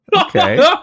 Okay